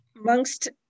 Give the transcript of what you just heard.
amongst